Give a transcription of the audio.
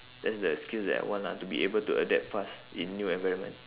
that's the skills that I want lah to be able to adapt fast in new environment